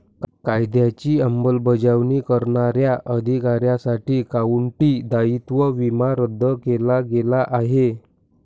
कायद्याची अंमलबजावणी करणाऱ्या अधिकाऱ्यांसाठी काउंटी दायित्व विमा रद्द केला गेला आहे